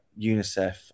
UNICEF